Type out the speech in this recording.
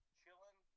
chilling